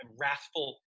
wrathful